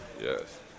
Yes